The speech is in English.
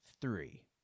three